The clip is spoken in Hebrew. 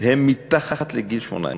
הם מתחת לגיל 18,